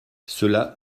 cela